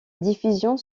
diffusion